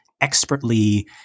expertly